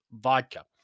Vodka